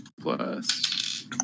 plus